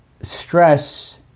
stress